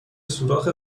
سوراخ